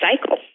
cycle